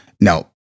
now